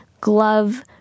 glove